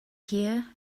here